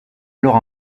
alors